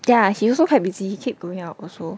ya he also quite busy he keep going out also